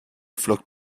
flockt